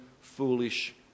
foolish